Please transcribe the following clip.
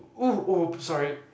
!oo! !oops! sorry